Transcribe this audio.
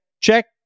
check